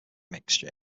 mixture